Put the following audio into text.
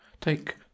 take